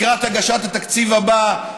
לקראת הגשת התקציב הבא,